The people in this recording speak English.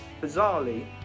bizarrely